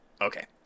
okay